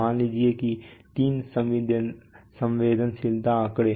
मान लीजिए तीन संवेदनशीलता आंकड़े